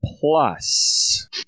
plus